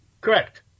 Correct